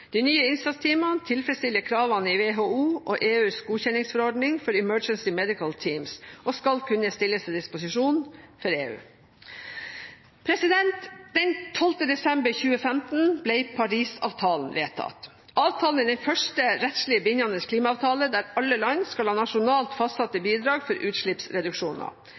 De nye innsatsteamene tilfredsstiller kravene i WHO og EUs godkjenningsforordninger for Emergency Medical Teams og skal kunne stilles til disposisjon for EU. Den 12. desember 2015 ble Paris-avtalen vedtatt. Avtalen er den første rettslig bindende klimaavtale der alle land skal ha nasjonalt fastsatte bidrag for utslippsreduksjoner.